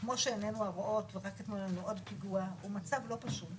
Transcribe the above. קודם כול הבנתי שזימנו את הדיון בוועדת הכנסת לשעה 10:30,